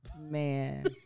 man